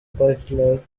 puzzler